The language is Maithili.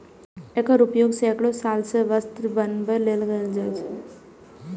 एकर उपयोग सैकड़ो साल सं वस्त्र बनबै लेल कैल जाए छै